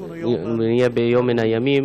מן הימים,